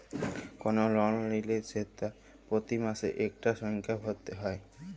call লল লিলে সেট পতি মাসে ইকটা সংখ্যা ভ্যইরতে হ্যয়